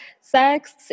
sex